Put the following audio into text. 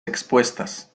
expuestas